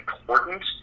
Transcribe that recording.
important